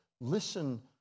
Listen